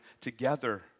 together